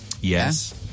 yes